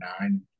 nine